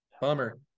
Bummer